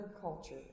culture